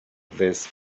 this